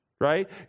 right